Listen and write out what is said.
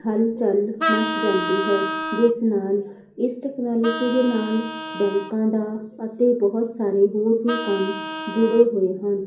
ਹਲਚਲ ਮੱਚ ਜਾਂਦੀ ਹੈ ਜਿਸ ਨਾਲ਼ ਇਸ ਟਕਨੋਲਜੀ ਦੇ ਨਾਲ ਬੈਂਕਾਂ ਦਾ ਅਤੇ ਬਹੁਤ ਸਾਰੇ ਹੋਰ ਵੀ ਕੰਮ ਜੁੜੇ ਹੋਏ ਹਨ